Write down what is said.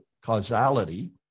causality